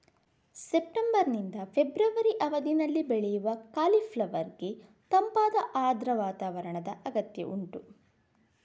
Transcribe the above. September ನಿಂದ February ಅವಧಿನಲ್ಲಿ ಬೆಳೆಯುವ ಕಾಲಿಫ್ಲವರ್ ಗೆ ತಂಪಾದ ಆರ್ದ್ರ ವಾತಾವರಣದ ಅಗತ್ಯ ಉಂಟು